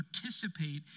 participate